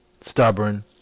stubborn